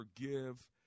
forgive